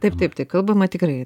taip taip tai kalbama tikrai